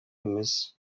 bimeze